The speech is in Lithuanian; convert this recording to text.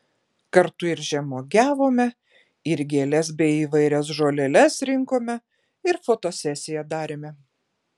kartu ir žemuogiavome ir gėles bei įvairias žoleles rinkome ir fotosesiją darėme